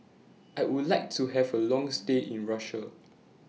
I Would like to Have A Long stay in Russia